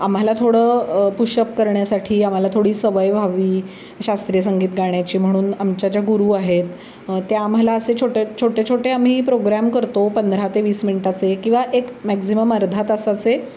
आम्हाला थोडं पुशअप करण्यासाठी आम्हाला थोडी सवय व्हावी शास्त्रीय संगीत गाण्याची म्हणून आमच्या ज्या गुरु आहेत त्या आम्हाला असे छोट्या छोटे छोटे आम्ही प्रोग्रॅम करतो पंधरा ते वीस मिनटाचे किंवा एक मॅक्झिमम अर्धा तासाचे